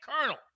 Colonel